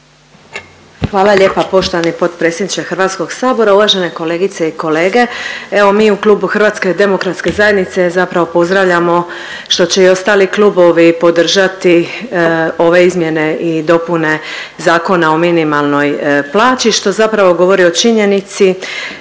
Hvala lijepa poštovani potpredsjedniče Hrvatskog sabora. Uvažene kolegice i kolege, evo mi u klubu HDZ-a zapravo pozdravljamo što će i ostali klubovi podržati ove izmjene i dopune Zakona o minimalnoj plaći što zapravo govori o činjenici